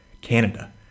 Canada